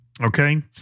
okay